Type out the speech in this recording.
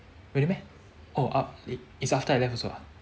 really meh oh uh is after I left also ah